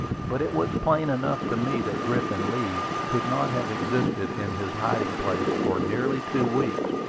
but it was plain enough to me that griffin leeds could not have existed in his hiding-place for nearly two weeks,